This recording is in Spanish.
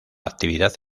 actividad